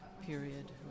period